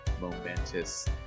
momentous